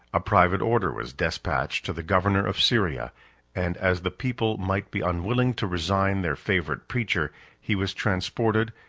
a private order was despatched to the governor of syria and as the people might be unwilling to resign their favorite preacher, he was transported,